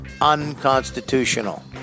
Unconstitutional